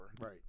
right